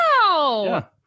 Wow